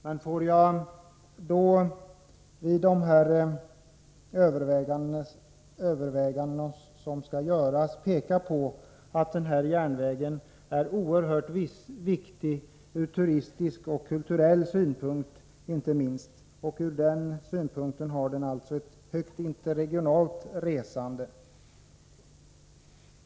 Jag vill då påpeka att järnvägslinjen Växjö-Västervik är oerhört viktig inte minst ur turistisk och kulturell synpunkt. Därför är den av intresse också för interregionalt resande.